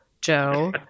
Joe